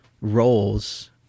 roles